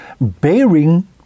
bearing